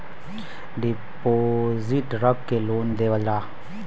deposit रख के loan देवेला